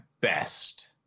best